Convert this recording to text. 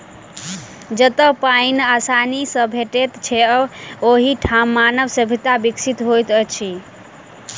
जतअ पाइन आसानी सॅ भेटैत छै, ओहि ठाम मानव सभ्यता विकसित होइत अछि